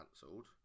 cancelled